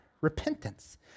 repentance